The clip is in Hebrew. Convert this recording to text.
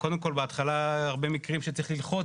קודם כל בהתחלה היו הרבה מקרים שצריך ללחוץ